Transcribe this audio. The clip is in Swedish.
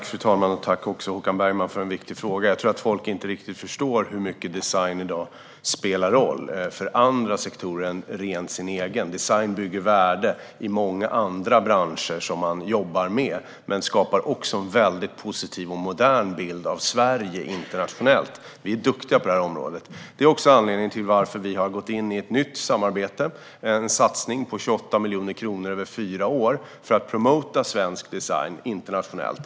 Fru talman! Tack, Håkan Bergman, för en viktig fråga! Jag tror att folk inte riktigt förstår hur stor roll design i dag spelar för andra sektorer än den egna. Design bygger värde i många andra branscher som man jobbar med men skapar också en väldigt positiv och modern bild av Sverige interna-tionellt. Vi är duktiga på detta område. Det är också anledningen till att vi har gått in i ett nytt samarbete - en satsning på 28 miljoner kronor över fyra år för att promota svensk design internationellt.